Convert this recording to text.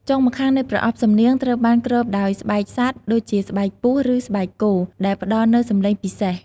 ចុងម្ខាងនៃប្រអប់សំនៀងត្រូវបានគ្របដោយស្បែកសត្វ ដូចជាស្បែកពស់ ឬស្បែកគោ ដែលផ្តល់នូវសំឡេងពិសេស។